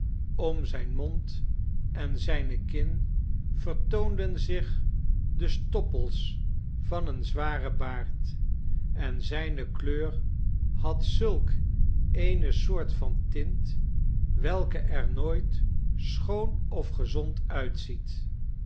om zijn mond en zijne kin vertoonden zich de stoppels van een zwaren baard en zijne kleur had zulk eene soort van tint welke er nooit schoon of gezond uitziet